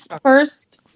first